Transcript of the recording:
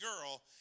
girl